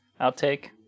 outtake